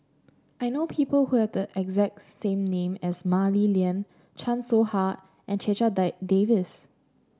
I know people who have the exact same name as Mah Li Lian Chan Soh Ha and Checha Davies